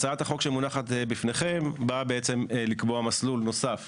הצעת החוק שמונחת בפניכם באה לקבוע מסלול נוסף